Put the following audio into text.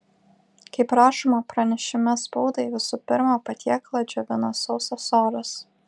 kaip rašoma pranešime spaudai visų pirma patiekalą džiovina sausas oras